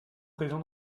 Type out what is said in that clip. présent